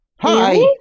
Hi